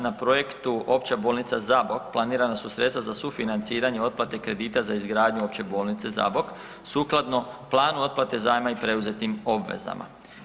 Na projektu Opća bolnica Zabok planirana su sredstva za sufinanciranje otplate kredita za izgradnju Opće bolnice Zabok sukladno planu otplate zajma i preuzetim obvezama.